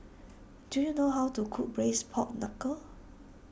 do you know how to cook Braised Pork Knuckle